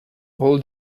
all